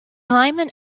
alignment